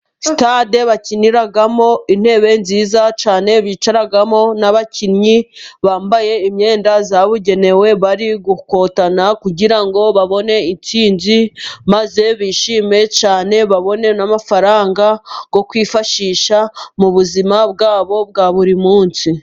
Sitade bakiniramo intebe nziza cyane bicaramo, n'abakinnyi bambaye imyenda yabugenewe bari gukotana kugira ngo babone intsinzi, maze bishime cyane babone n'amafaranga yo kwifashisha mu buzima bwabo bwa buri munsi.